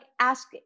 ask